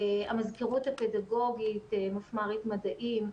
המזכירות הפדגוגית, מפמ"רית מדעים,